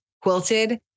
Quilted